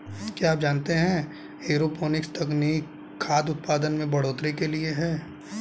क्या आप जानते है एरोपोनिक्स तकनीक खाद्य उतपादन में बढ़ोतरी के लिए है?